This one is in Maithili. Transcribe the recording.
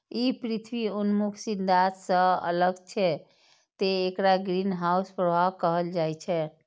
ई पृथ्वी उन्मुख सिद्धांत सं अलग छै, तें एकरा ग्रीनहाउस प्रभाव कहल जाइ छै